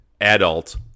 adult